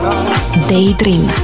Daydream